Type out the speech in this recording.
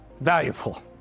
valuable